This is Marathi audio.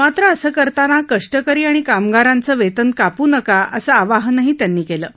मात्र असं करताना कष्टकरी आणि कामगारांचे वेतन कापू नका असे आवाहन त्यांनी केले आहे